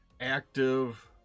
active